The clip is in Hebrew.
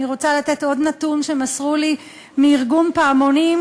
אני רוצה לתת עוד נתון שמסרו לי מארגון "פעמונים":